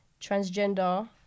Transgender